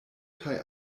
kaj